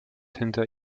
hinter